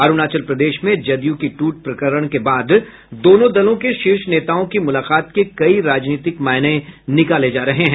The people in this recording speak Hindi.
अरूणाचल प्रदेश में जदयू की ट्र्ट प्रकरण के बाद दोनों दलों के शीर्ष नेताओं की मुलाकात के कई राजनीतिक मायने निकाले जा रहे हैं